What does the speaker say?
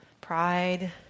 Pride